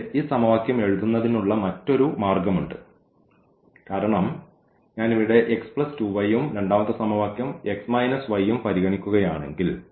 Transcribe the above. പക്ഷേ ഈ സമവാക്യം എഴുതുന്നതിനുള്ള മറ്റൊരു മാർഗ്ഗമുണ്ട് കാരണം ഞാൻ ഇവിടെ ഈ x 2y ഉം രണ്ടാമത്തെ സമവാക്യം x y ഉം പരിഗണിക്കുകയാണെങ്കിൽ